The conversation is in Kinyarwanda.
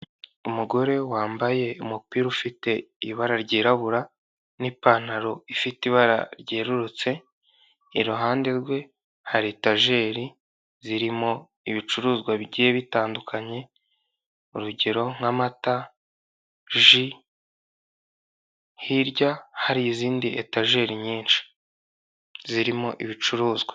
Umugore wambaye umupira ufite ibara ryirabura n'ipantaro ifite ibara ryerurutse, iruhande rwe hari etageri zirimo ibicuruzwa bigiye bitandukanye, urugero nk'amata, ji, hirya hari izindi etageri nyinshi zirimo ibicuruzwa.